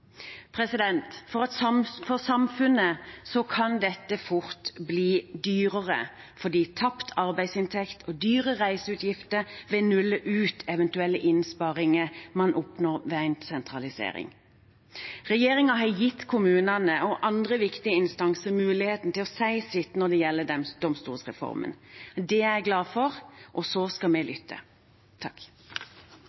For samfunnet kan dette fort bli dyrere fordi tapt arbeidsinntekt og dyre reiseutgifter vil nulle ut eventuelle innsparinger man oppnår ved en sentralisering. Regjeringen har gitt kommunene og andre viktige instanser muligheten til å si sitt når det gjelder domstolsreformen. Det er jeg glad for, og så skal vi